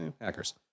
hackers